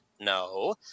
No